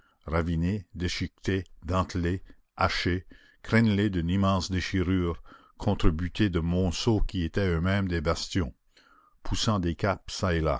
ravinée déchiquetée dentelée hachée crénelée d'une immense déchirure contre butée de monceaux qui étaient eux-mêmes des bastions poussant des caps